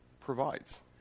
provides